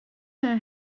her